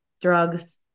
drugs